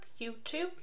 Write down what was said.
YouTube